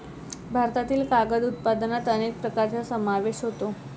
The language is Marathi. भारतातील कागद उत्पादनात अनेक प्रकारांचा समावेश होतो